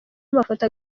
amafoto